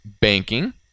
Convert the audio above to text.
banking